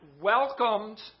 welcomed